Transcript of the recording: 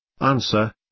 Answer